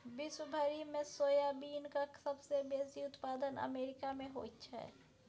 विश्व भरिमे सोयाबीनक सबसे बेसी उत्पादन अमेरिकामे होइत छै